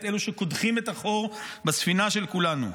אלו שקודחים את החור בספינה של כולנו.